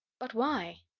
but why?